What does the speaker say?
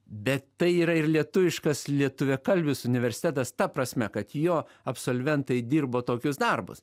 bet tai yra ir lietuviškas lietuviakalbis universitetas ta prasme kad jo absolventai dirbo tokius darbus